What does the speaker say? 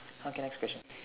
okay next question